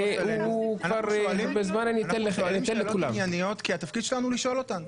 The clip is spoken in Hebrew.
אנחנו שואלים שאלות ענייניות כי התפקיד שלנו הוא לשאול אותן.